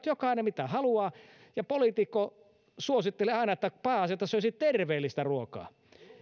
jokainen mitä haluaa ja poliitikko suosittelee aina että pääasia että söisi terveellistä ruokaa